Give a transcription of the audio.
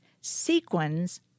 Sequins